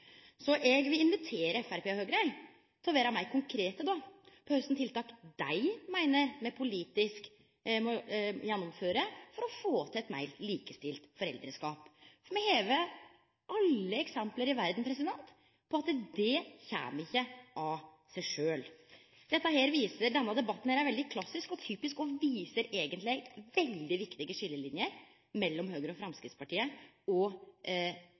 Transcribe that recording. Så eg vil invitere Framstegspartiet og Høgre til å vere meir konkrete om kva for nokre tiltak dei meiner me politisk må gjennomføre for å få til eit meir likestilt foreldreskap. For me har alle eksempel i verda på at det kjem ikkje av seg sjølv. Denne debatten er veldig klassisk og typisk og viser eigenleg veldig viktige skiljeliner mellom Høgre og Framstegspartiet og